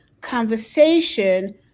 conversation